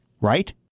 Right